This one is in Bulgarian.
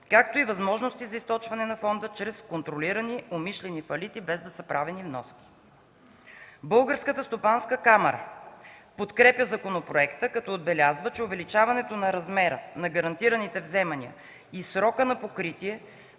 както и възможности за източване на фонда чрез контролирани, умишлени фалити, без да са правени вноски. Българска стопанска камара подкрепя законопроекта като отбелязва, че увеличаването на размера на гарантираните вземания и срока на покритие